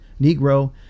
Negro